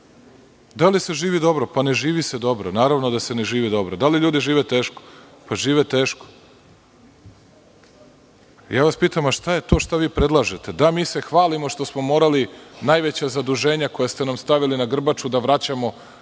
li se živi dobro? Ne živi se dobro, naravno da se ne živi dobro. Da li ljudi žive teško? Žive teško. Pitam vas šta je to što vi predlažete, da mi se hvalimo što smo morali najveća zaduženja koja ste nam stavili na grbaču da vraćamo